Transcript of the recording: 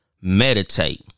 meditate